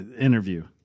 interview